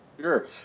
Sure